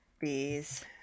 Bees